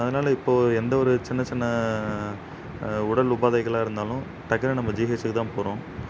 அதனால இப்போது எந்த ஒரு சின்ன சின்ன உடல் உபாதைகளாக இருந்தாலும் டக்குனு நம்ம ஜிஹெச்சுக்கு தான் போகிறோம்